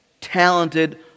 talented